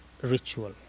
ritual